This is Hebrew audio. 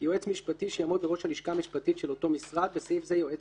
יועץ משפטי שיעמוד בראש הלשכה המשפטית של אותו משרד (בסעיף זה יועץ